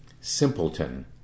simpleton